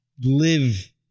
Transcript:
live